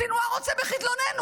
סנוואר רוצה בחדלוננו.